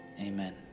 Amen